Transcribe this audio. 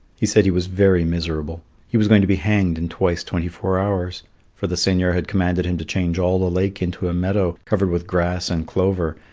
he said he was very miserable he was going to be hanged in twice twenty-four hours for the seigneur had commanded him to change all the lake into a meadow, covered with grass and clover,